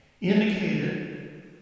indicated